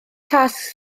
tasg